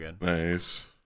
Nice